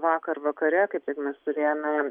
vakar vakare kaip tik mes turėjome